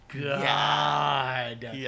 God